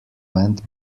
went